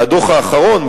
מהדוח האחרון,